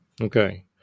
Okay